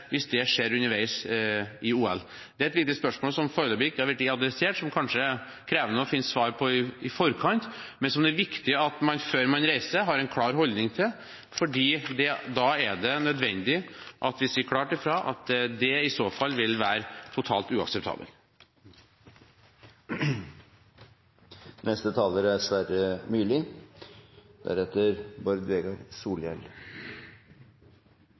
hvis det skjer underveis i OL? Det er et viktig spørsmål som foreløpig ikke har blitt adressert, som det kanskje er krevende å finne svar på i forkant, men som det er viktig at man, før man reiser, har en klar holdning til, for da er det nødvendig at vi sier klart fra at det i så fall vil være totalt uakseptabelt. Jeg skjønner nå at regjeringsmedlemmene er